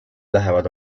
lähevad